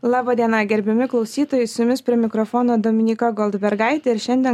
laba diena gerbiami klausytojai su jumis prie mikrofono dominyka goldbergaitė ir šiandien